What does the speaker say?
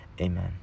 amen